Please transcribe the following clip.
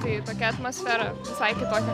tai tokia atmosfera visai kitokia